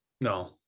no